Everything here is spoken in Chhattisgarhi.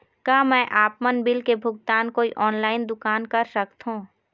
का मैं आपमन बिल के भुगतान कोई ऑनलाइन दुकान कर सकथों?